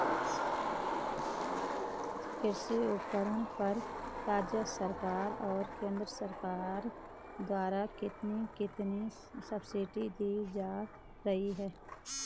कृषि उपकरणों पर राज्य सरकार और केंद्र सरकार द्वारा कितनी कितनी सब्सिडी दी जा रही है?